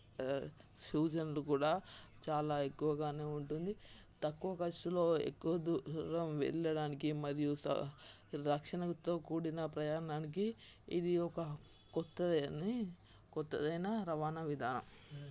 సూచనలు కూడా చాలా ఎక్కువగానే ఉంటుంది తక్కువ ఖర్చులో ఎక్కువ దూరం వెళ్లడానికి మరియు రక్షణతో కూడిన ప్రయాణానికి ఇది ఒక కొత్తదని కొత్తదైన రవాణా విధానం